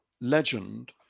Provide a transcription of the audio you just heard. legend